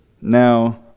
now